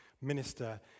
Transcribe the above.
minister